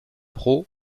pro